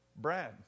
Brad